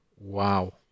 wow